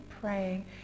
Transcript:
praying